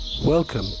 Welcome